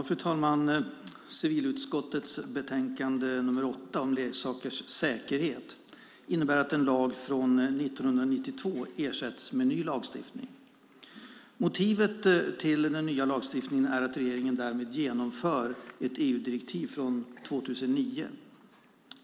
Fru talman! Civilutskottets betänkande 8 om leksakers säkerhet innebär att en lag från 1992 ersätts med ny lagstiftning. Motivet till den nya lagstiftningen är att regeringen därmed genomför ett EU-direktiv från 2009.